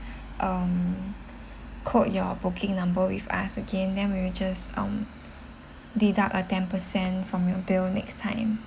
um quote your booking number with us again then we will just um deduct a ten percent from your bill next time